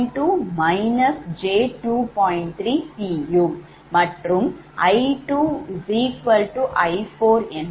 மற்றும் I2I4 2−𝑗0